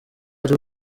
ari